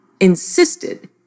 insisted